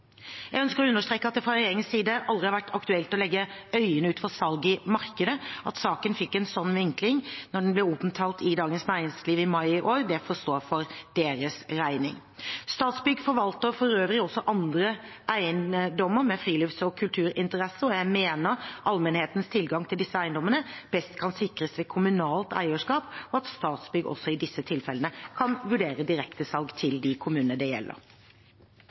Jeg ønsker å understreke at det fra regjeringens side aldri har vært aktuelt å legge øyene ut for salg i markedet. At saken fikk en slik vinkling da den ble omtalt i Dagens Næringsliv i mai i år, får stå for deres regning. Statsbygg forvalter for øvrig også andre eiendommer med frilufts- og kulturinteresser. Jeg mener allmennhetens tilgang til disse eiendommene best kan sikres ved kommunalt eierskap, og at Statsbygg også i disse tilfellene kan vurdere direktesalg til de kommunene det gjelder.